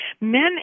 men